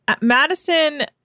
Madison